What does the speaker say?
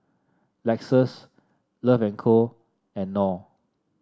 Lexus Love And Co and Knorr